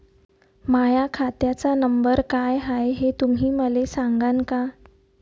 माह्या खात्याचा नंबर काय हाय हे तुम्ही मले सागांन का?